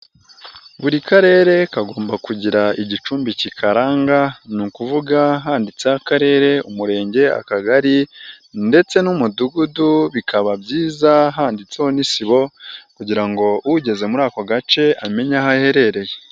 Buri karere kagomba kugira igicumbi kikaranga, ni ukuvuga handitse akarere umurenge akagari ndetse n'umudugudu bikaba byiza handitseho n'isibo kugira ngo ugeze muri ako gace amenye aho aherereye.